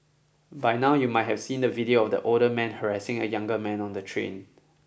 by now you might have seen the video of the older man harassing a younger man on the train